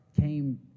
came